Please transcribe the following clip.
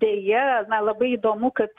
deja na labai įdomu kad